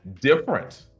different